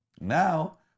Now